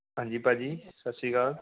ਹਾਂਜੀ ਭਾਅ ਜੀ ਸਤਿ ਸ਼੍ਰੀ ਅਕਾਲ